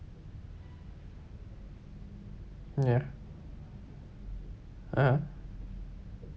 ya (uh huh)